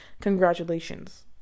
Congratulations